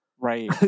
Right